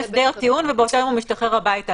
הסדר טיעון ובאותו יום הוא משתחרר הביתה.